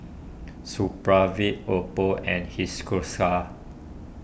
Supravit Oppo and